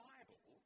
Bible